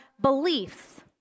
beliefs